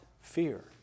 fear